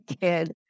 kid